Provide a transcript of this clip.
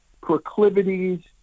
proclivities